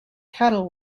cattle